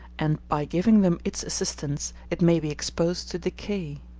and by giving them its assistance it may be exposed to decay.